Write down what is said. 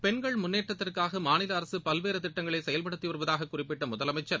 பெண்கள் முன்னேற்றத்திற்காகமாநிலஅரசுபல்வேறுதிட்டங்களைசெயல்படுத்திவருவதாககுறிப்பிட்டமுதலமைச்சர்